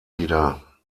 wieder